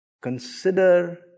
Consider